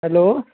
hello